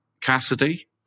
Cassidy